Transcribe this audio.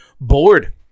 bored